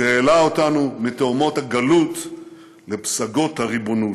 שהעלה אותנו מתהומות הגלות לפסגות הריבונות.